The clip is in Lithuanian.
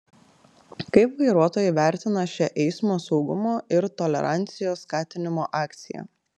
kaip vairuotojai vertina šią eismo saugumo ir tolerancijos skatinimo akciją